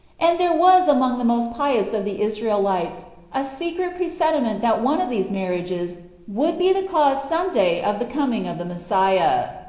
and there was among the most pious of the israelites a secret presenti ment that one of these marriages would be the cause some day of the coming of the messiah.